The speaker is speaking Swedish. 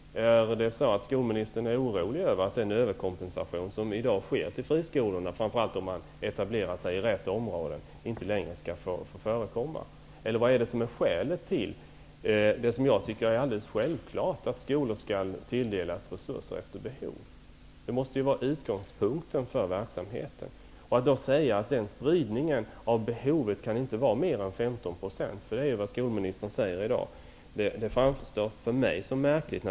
Är det så att skolministern är orolig för att den överkompensation som sker gentemot friskolor, framför allt om de har etablerat sig i rätt område, inte längre skall få förekomma? Vilket är skälet till att det jag tycker är alldeles självklart, dvs. att skolor skall tilldelas resurser efter behov, inte får ske? Det måste ju vara utgångspunkten för verksamheten. Att säga att spridningen av behovet inte kan vara mer än 15 %-- det är vad skolministern säger i dag -- framstår för mig som märkligt.